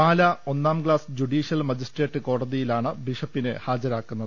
പാലാ ഒന്നാം class judicial magistrate കോടതിയിലാണ് ബിഷപ്പിനെ ഹാജരാക്കുന്നത്